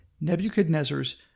Nebuchadnezzar's